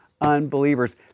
unbelievers